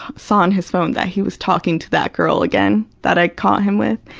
saw on his phone that he was talking to that girl again, that i caught him with.